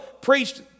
preached